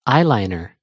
Eyeliner